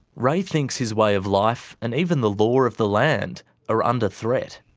ray thinks his way of life and even the law of the land are under threat.